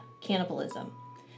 cannibalism